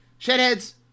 Shedheads